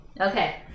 Okay